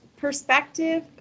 perspective